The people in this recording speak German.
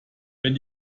wenn